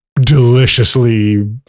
deliciously